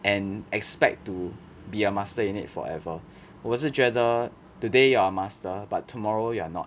and expect to be a master in it forever 我是觉得 today you are a master but tomorrow you are not